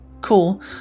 Cool